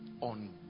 on